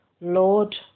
Lord